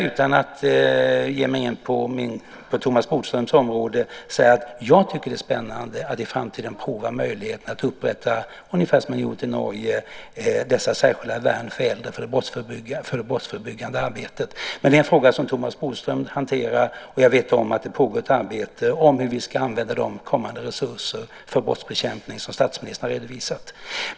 Utan att ge mig in på Thomas Bodströms område ska jag säga att jag tycker att det är spännande att i framtiden prova möjligheterna att, ungefär som man har gjort i Norge, upprätta särskilda värn för äldre för det brottsförebyggande arbetet. Men det är en fråga som Thomas Bodström hanterar, och jag vet att det pågår ett arbete om hur vi ska använda de kommande resurser för brottsbekämpning som statsministern har redovisat.